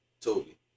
Toby